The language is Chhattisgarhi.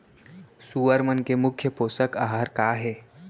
सुअर मन के मुख्य पोसक आहार का हे?